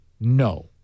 no